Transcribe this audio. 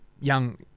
young